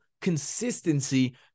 consistency